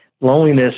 Loneliness